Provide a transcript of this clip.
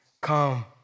Come